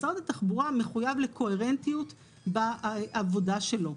משרד התחבורה מחויב לקוהרנטיות בעבודה שלו,